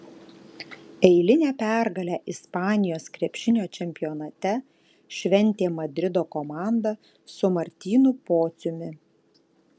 eilinę pergalę ispanijos krepšinio čempionate šventė madrido komanda su martynu pociumi